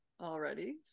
already